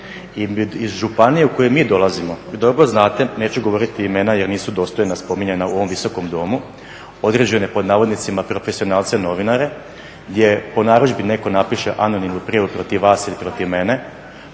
Iz županije iz koje mi dolazimo vi dobro znate i neću govoriti imena jer nisu dostojna spominjanja u ovom Visokom domu određene "profesionalce" novinare gdje po narudžbi neko napiše anonimnu prijavu protiv vas ili protiv mene